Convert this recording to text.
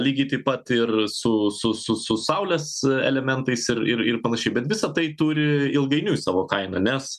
lygiai taip pat ir su su su su saulės elementais ir ir ir panašiai bet visa tai turi ilgainiui savo kainą nes